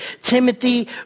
Timothy